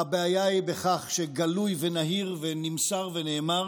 הבעיה היא בכך שגלוי ונהיר ונמסר ונאמר